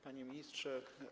Panie Ministrze!